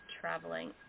traveling